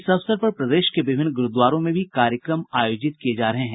इस अवसर पर प्रदेश के विभिन्न गुरूद्वारों में भी कार्यक्रम आयोजित किये जा रहे हैं